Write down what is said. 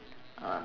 uh